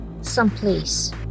someplace